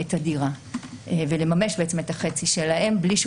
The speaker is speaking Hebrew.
את הדירה ולממש את החצי שלהם בלי שהוא